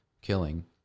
killing